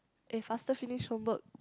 eh faster finish homework